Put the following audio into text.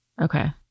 Okay